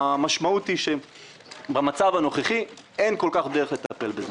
המשמעות היא שבמצב הנוכחי אין כל כך דרך לטפל בזה.